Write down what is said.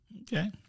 Okay